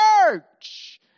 church